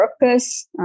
workers